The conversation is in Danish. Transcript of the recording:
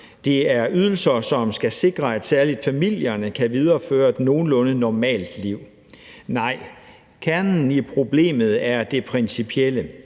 Det er ydelser, som skal sikre, at særlig familierne kan videreføre et nogenlunde normalt liv. Nej, kernen i problemet er det principielle,